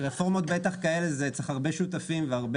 רפורמות בטח כאלה צריכות הרבה שותפים והרבה